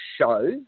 Show